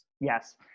Yes